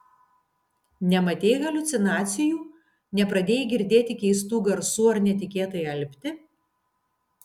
nematei haliucinacijų nepradėjai girdėti keistų garsų ar netikėtai alpti